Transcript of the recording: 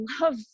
love